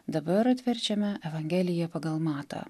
dabar atverčiame evangelija pagal matą